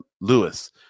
Lewis